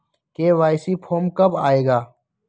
KYC form कब आए गा?